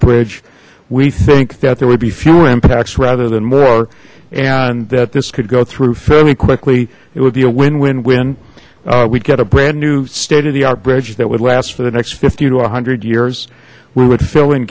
bridge we think that there would be fewer impacts rather than more and that this could go through fairly quickly it would be a win win win we'd get a brand new state of the art bridge that would last for the next fifty to one hundred years we would fill in